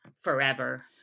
forever